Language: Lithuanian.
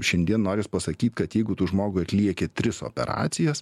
šiandien noris pasakyt kad jeigu tu žmogui atlieki tris operacijas